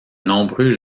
nombreux